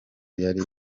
yari